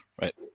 right